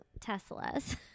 tesla's